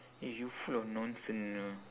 eh you full of nonsense you know